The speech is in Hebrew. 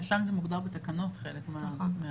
שם זה מוגדר בתקנות, חלק מהפרטים.